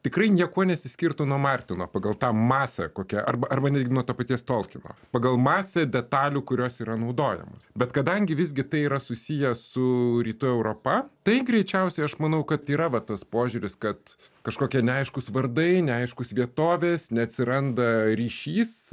tikrai niekuo nesiskirtų nuo martino pagal tą masę kokia arba arba netgi nuo to paties tolkino pagal masę detalių kurios yra naudojamos bet kadangi visgi tai yra susiję su rytų europa tai greičiausiai aš manau kad yra vat tas požiūris kad kažkokie neaiškūs vardai neaiškūs vietovės neatsiranda ryšys